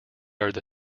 are